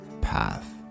path